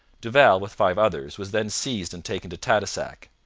duval, with five others, was then seized and taken to tadoussac.